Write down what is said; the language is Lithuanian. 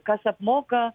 kas apmoka